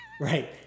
Right